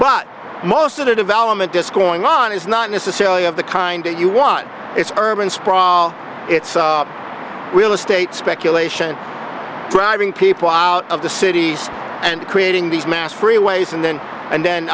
but most of the development discoursing on is not necessarily of the kind that you want it's urban sprawl it's real estate speculation driving people out of the cities and creating these mass freeways and then and then